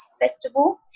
Festival